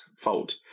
fault